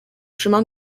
chemin